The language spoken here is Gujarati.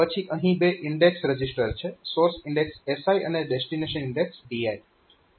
પછી અહીં બે ઈન્ડેક્સ રજીસ્ટર છે સોર્સ ઈન્ડેક્સ SI અને ડેસ્ટીનેશન ઈન્ડેક્સ DI